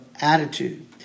attitude